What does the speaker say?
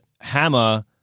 hammer